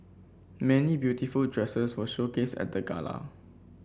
many beautiful dresses were showcased at the gala